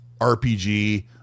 RPG